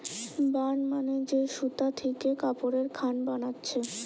burn মানে যে সুতা থিকে কাপড়ের খান বানাচ্ছে